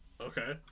Okay